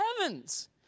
heavens